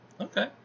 Okay